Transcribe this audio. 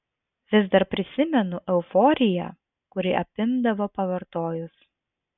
vis dar prisimenu euforiją kuri apimdavo pavartojus